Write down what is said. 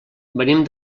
venim